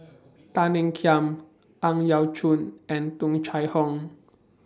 Tan Ean Kiam Ang Yau Choon and Tung Chye Hong